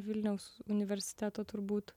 vilniaus universiteto turbūt